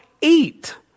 eat